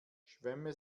schwämme